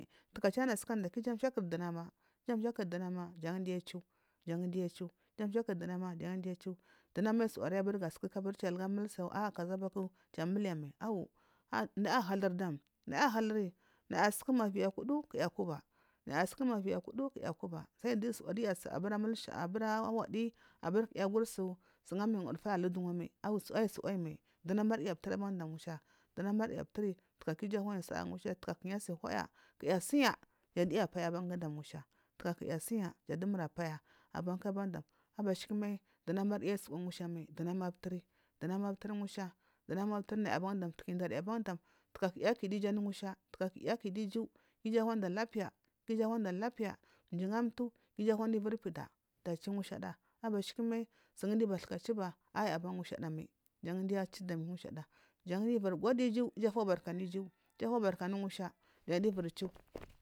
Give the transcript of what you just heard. Taga kiya anu asukanda ku iju amchakuri duna iju amchakuri dunama jan giya adiu jan yiya achu iju amchakuri dunu ma jau giya uw dunama ayi suwa aragu ban dam mai abiri kiya aia mulusu naya ahuluri dam naya ahaluri naya asuku ma viyi akudu kunaga akuba naya asuku iva viyi akudu kunayu akuba sai duya abiri amul anwadi abiri kinu naya aguri sungu alari miya ungudu faya ala danwa mai dunamaryu apturi ban dau dunamunya apturi haga ku iju anayi sala anu ngusha ku ngushaya ki naya asuya jan du naya apaya bam dam ngusha ki naya asiya jan dumur apaya aban ku dam abashikumai dunamur ja asuwa ayi mai ngusha dunumur ja ayi tsuwa ayi ma dunama aptari dunama apturi ngusha taga ku naya akidu iju anu ngusha ku iju ara lapiya ku iju ananda lapiya mjeyi nga amtu ku iju anada iviri poda dachi ngusha du abashiki mai suyi giyu bathka duba ban mai ngusha jau giya achu dam ngusha a jau giya iviri gode iju iju afuhalha anu iju iju afuproka anu ngusha ja diyu iviri chu.